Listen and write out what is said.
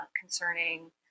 concerning